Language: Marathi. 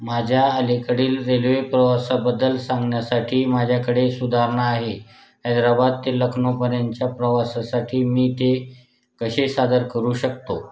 माझ्या अलीकडील रेल्वे प्रवासाबद्दल सांगण्यासाठी माझ्याकडे सुधारणा आहे हैदराबाद ते लखनौपर्यंतच्या प्रवासासाठी मी ते कसे सादर करू शकतो